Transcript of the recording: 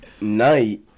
night